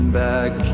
back